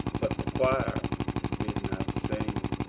but the choir did not sing.